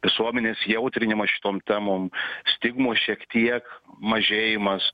visuomenės jautrinimas šitom temom stigmų šiek tiek mažėjimas